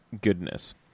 Goodness